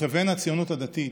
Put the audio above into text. וכבן הציונות הדתית,